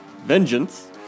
vengeance